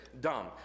dumb